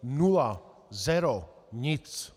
Nula, zero, nic.